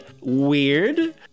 weird